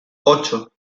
ocho